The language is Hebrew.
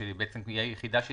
שהיא היחידה שתישאר,